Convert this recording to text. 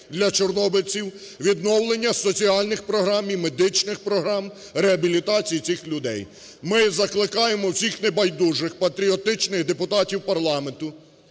для чорнобильців, відновлення соціальних програм і медичних програм реабілітації цих людей. Ми закликаємо всіх небайдужих патріотичних депутатів парламенту,